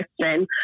question